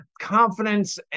confidence